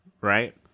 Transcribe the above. right